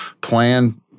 plan